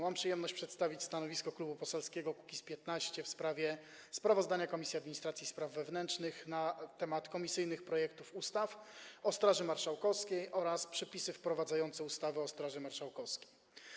Mam przyjemność przedstawić stanowisko Klubu Poselskiego Kukiz’15 wobec sprawozdania Komisji Administracji i Spraw Wewnętrznych o komisyjnych projektach ustaw o Straży Marszałkowskiej oraz Przepisy wprowadzające ustawę o Straży Marszałkowskiej.